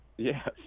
Yes